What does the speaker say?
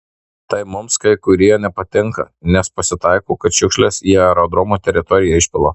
tai mums kai kurie nepatinka nes pasitaiko kad šiukšles į aerodromo teritoriją išpila